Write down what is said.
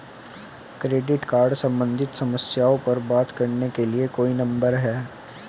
Credit card सम्बंधित समस्याओं पर बात करने के लिए कोई नंबर है?